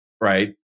Right